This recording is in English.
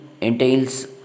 entails